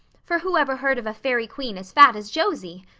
for who ever heard of a fairy queen as fat as josie?